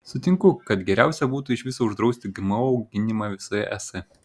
sutinku kad geriausia būtų iš viso uždrausti gmo auginimą visoje es